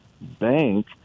bank